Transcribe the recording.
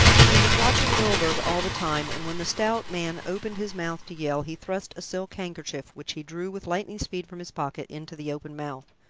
he was watching milburgh all the time, and when the stout man opened his mouth to yell he thrust a silk handkerchief, which he drew with lightning speed from his pocket, into the open mouth.